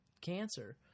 cancer